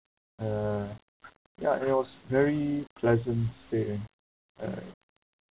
uh ya it was very pleasant stay uh